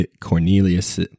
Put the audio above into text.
Cornelius